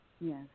Yes